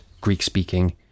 Greek-speaking